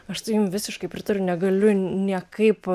aš tai jum visiškai pritariu negaliu niekaip